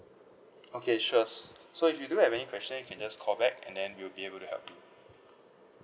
okay sure so if you do have any question you can just call back and then we'll be able to help you